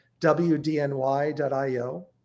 wdny.io